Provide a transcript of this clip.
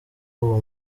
uwo